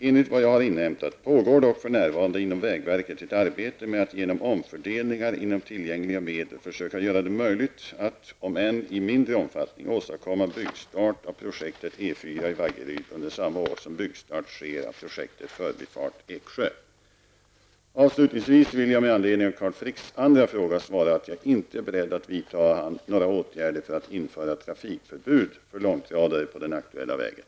Enligt vad jag har inhämtat pågår dock för närvarande inom vägverket ett arbete med att genom omfördelningar inom tillgängliga medel försöka göra det möjligt att, om än i mindre omfattning, åstadkomma byggstart av projektet E 4 i Vaggeryd under samma år som byggstart sker av projektet förbifart Eksjö. Avslutningsvis vill jag med anledning av Carl Fricks andra fråga svara att jag inte är beredd att vidta några åtgärder för att införa trafikförbud för långtradare på den aktuella vägen.